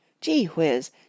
Gee-whiz